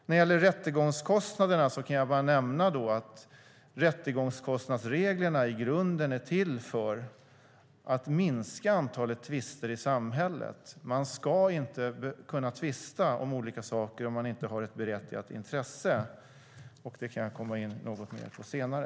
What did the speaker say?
När det gäller rättegångskostnaderna kan jag bara nämna att rättegångskostnadsreglerna i grunden är till för att minska antalet tvister i samhället. Man ska inte kunna tvista om olika saker om man inte har ett berättigat intresse. Det kan jag komma in något mer på senare.